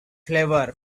flavor